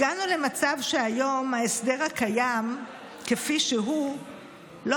הגענו למצב שהיום ההסדר הקיים כפי שהוא לא